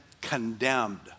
condemned